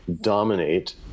dominate